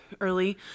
early